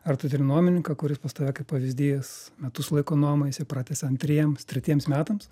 ar tu turi nuomininką kuris pas tave kaip pavyzdys metus laiko nuomojasi pratęsia antriems tretiems metams